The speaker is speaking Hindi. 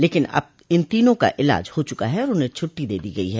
लेकिन अब इन तीनों का इलाज हो चुका है और उन्हें छुट्टी दे दी गई है